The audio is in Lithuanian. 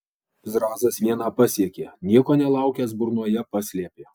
zrazas vieną pasiekė nieko nelaukęs burnoje paslėpė